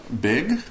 big